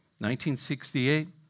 1968